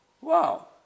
wow